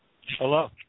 Hello